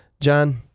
John